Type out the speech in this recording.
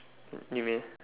what you mean